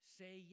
say